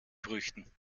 früchten